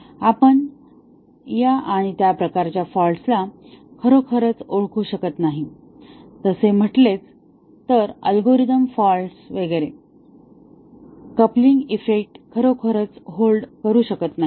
आपण या आणि त्या प्रकारच्या फॉल्टसला खरोखरच ओळखू शकत नाही तसे म्हंटलेच तर अल्गोरिदम फॉल्टस वगैरे कपलिंग इफेक्ट खरोखरच होल्ड करू शकत नाही